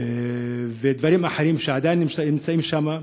ודברים אחרים שעדיין נמצאים שם.